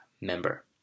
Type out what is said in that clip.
member